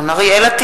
(קוראת